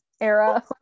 era